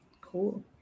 cool